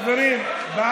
לא צריך, עיסאווי.